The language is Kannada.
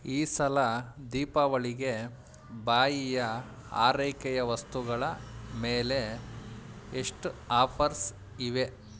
ಈ ಸಲ ದೀಪಾವಳಿಗೆ ಬಾಯಿಯ ಆರೈಕೆಯ ವಸ್ತುಗಳ ಮೇಲೆ ಎಷ್ಟು ಆಫರ್ಸ್ ಇವೆ